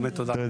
באמת תודה לך.